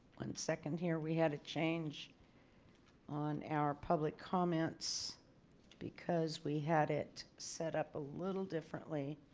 one second here we had a change on our public comments because we had it set up a little differently.